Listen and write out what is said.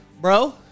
Bro